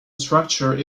structure